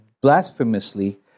blasphemously